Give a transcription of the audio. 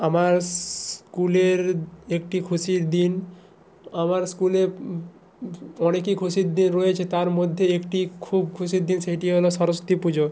আমার স্কুলের একটি খুশির দিন আমার স্কুলে অনেকই খুশির দিন রয়েছে তার মধ্যে একটি খুব খুশির দিন সেটি হলো সরস্বতী পুজো